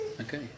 Okay